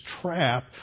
trap